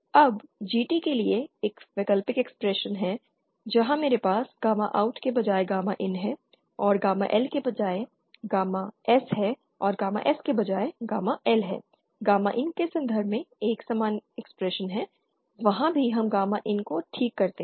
अब GT के लिए एक वैकल्पिक एक्सप्रेशन है जहाँ मेरे पास गामा OUT के बजाय गामा IN है और गामा L बजाय के पास गामा S है और गामा S के बजाय गामा L है गामा IN के संदर्भ में एक समान एक्सप्रेशन है वहाँ भी हम गामा IN को ठीक करते हैं